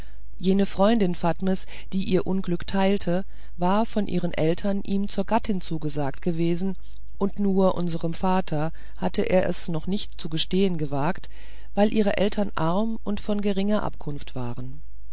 jene freundin fatmes die ihr unglück teilte war von ihren eltern ihm zur gattin zugesagt gewesen und nur unserem vater hatte er es noch nicht zu gestehen gewagt weil ihre eltern arm und von geringer abkunft waren